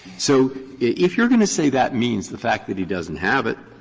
so if you're going to say that means the fact that he doesn't have it,